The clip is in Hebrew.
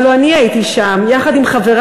הלוא אני הייתי שם, יחד עם חברי.